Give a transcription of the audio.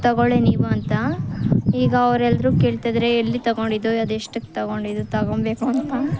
ತೊಗೊಳ್ಳಿ ನೀವು ಅಂತ ಈಗ ಅವರೆಲ್ರೂ ಕೇಳ್ತಿದ್ದಾರೆ ಎಲ್ಲಿ ತೊಗೊಂಡಿದ್ದು ಅದೆಷ್ಟಕ್ಕೆ ತೊಗೊಂಡಿದ್ದು ತೊಗೊಳ್ಬೇಕು ಅಂತ